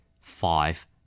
five